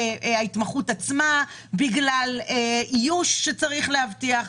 ההתמחות עצמה, איוש שצריך להבטיח.